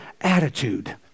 attitude